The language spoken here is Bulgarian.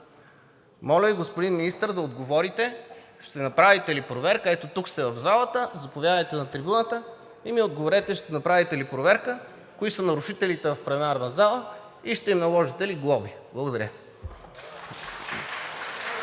Моля Ви, господин Министър, да отговорите: ще направите ли проверка? Ето, тук сте в залата, заповядайте на трибуната и ми отговорете: ще направите ли проверка кои са нарушителите в пленарната зала и ще им наложите ли глоби? Благодаря.